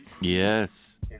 Yes